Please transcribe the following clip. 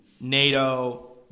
Nato